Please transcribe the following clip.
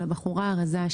של הבחורה הרזה,